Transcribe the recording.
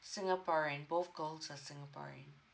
singaporean both girls are singaporean